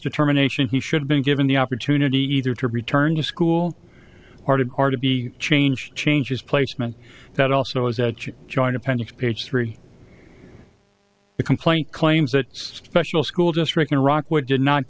determination he should have been given the opportunity either to return to school part of are to be changed changes placement that also is that you join dependents page three the complaint claims that special school district in iraq which did not